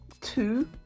two